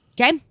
Okay